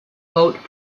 vote